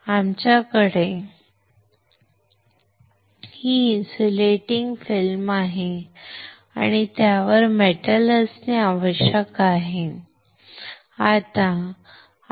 आमच्याकडे ही insulating film आहे आणि त्यावर मेटल असणे आवश्यक आहे